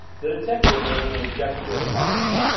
the detective made a little gesture of apology.